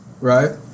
right